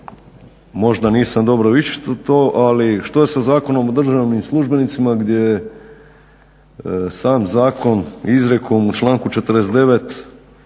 se ne razumije./… ali što je sa Zakonom o državnim službenicima gdje sam zakon izrijekom u članku 49.